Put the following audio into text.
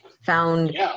found